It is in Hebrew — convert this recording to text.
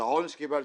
את העונש קיבלתי.